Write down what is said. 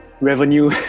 revenue